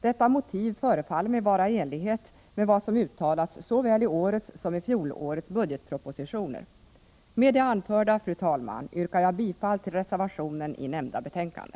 Detta motiv förefaller mig vara i enlighet med vad som uttalats såväl i årets som i fjolårets budgetproposition. Med det anförda, fru talman, yrkar jag bifall till reservationen i nämnda betänkande.